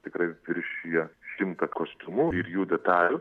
tikrai viršija šimtą kostiumų ir jų detalių